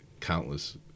countless